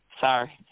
Sorry